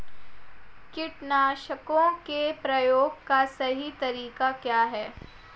कीटनाशकों के प्रयोग का सही तरीका क्या है?